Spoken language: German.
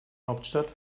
hauptstadt